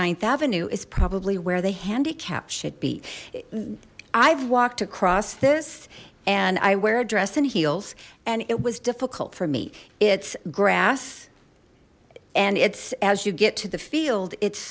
on th avenue is probably where the handicap should be i've walked across this and i wear a dress and heels and it was difficult for me it's grass and it's as you get to the field it's